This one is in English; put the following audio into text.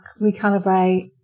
recalibrate